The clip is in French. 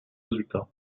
résultat